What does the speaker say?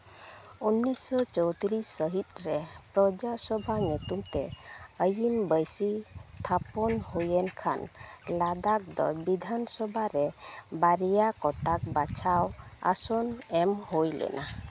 ᱩᱱᱤᱥᱥᱚ ᱪᱳᱭᱛᱨᱤᱥ ᱥᱟᱹᱦᱤᱛ ᱨᱮ ᱯᱨᱚᱡᱟ ᱥᱚᱵᱷᱟ ᱧᱩᱛᱩᱢ ᱛᱮ ᱟᱹᱭᱤᱱ ᱵᱟᱹᱭᱥᱤ ᱛᱷᱟᱯᱚᱱ ᱦᱩᱭᱮᱱ ᱠᱷᱟᱱ ᱞᱟᱫᱟᱠᱷ ᱫᱚ ᱵᱤᱫᱷᱟᱱ ᱥᱚᱵᱷᱟᱨᱮ ᱵᱟᱨᱭᱟ ᱠᱚᱴᱟᱵ ᱵᱟᱪᱷᱟᱣ ᱟᱥᱚᱱ ᱮᱢᱦᱩᱭ ᱞᱮᱱᱟ